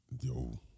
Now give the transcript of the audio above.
Yo